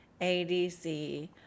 ADC